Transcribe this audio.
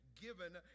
given